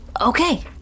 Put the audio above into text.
Okay